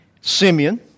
Simeon